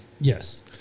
Yes